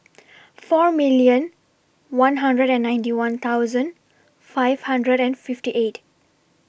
four million one hundred and ninety one thousand five hundred and fifty eight